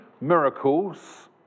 miracles